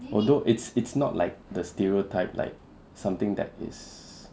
although it's it's not like the stereotype like something that is